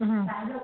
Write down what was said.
ହୁଁ